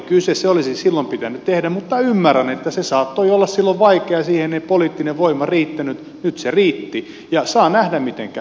se olisi silloin pitänyt tehdä mutta ymmärrän että se saattoi olla silloin vaikeaa siihen ei poliittinen voima riittänyt nyt se riitti ja saa nähdä miten käy